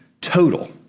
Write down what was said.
total